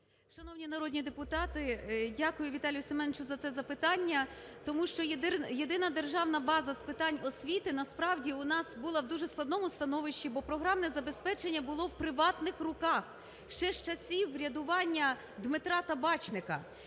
Шановні народні депутати, дякую, Віталію Семеновичу, за це запитання. Тому що Єдина державна база з питань освіти насправді у нас була в дуже складному становищі, бо програмне забезпечення було в приватних руках ще з часів врядування Дмитра Табачника.